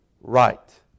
right